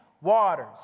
waters